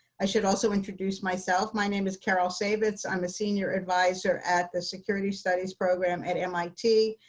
i should also introduce myself. my name is carol saivetz. i'm a senior advisor at the security studies program at mit,